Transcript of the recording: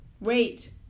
Wait